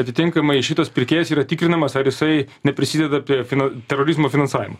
atitinkamai šitas pirkėjas yra tikrinamas ar jisai neprisideda prie fino terorizmo finansavimo